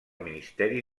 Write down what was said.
ministeri